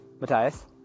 Matthias